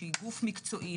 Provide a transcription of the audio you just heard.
גוף מקצועי,